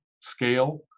scale